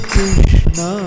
Krishna